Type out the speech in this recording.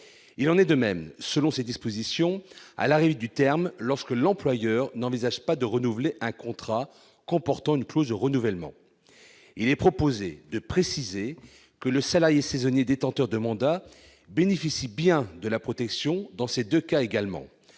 Il en est de même, selon ces dispositions, à l'arrivée du terme lorsque l'employeur n'envisage pas de renouveler un contrat comportant une clause de renouvellement. Il est proposé de préciser que le salarié saisonnier détenteur de mandat bénéficie bien de la protection dans ces deux cas également